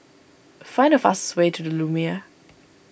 find the fastest way to the Lumiere